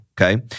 okay